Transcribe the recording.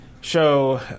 show